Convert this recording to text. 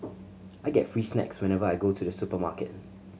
I get free snacks whenever I go to the supermarket